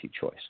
choice